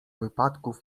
wypadków